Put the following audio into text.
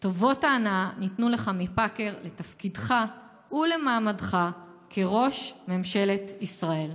טובות ההנאה ניתנו לך מפאקר לתפקידך ולמעמדך כראש ממשלת ישראל".